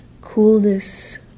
coolness